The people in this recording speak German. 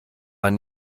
man